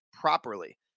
properly